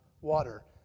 water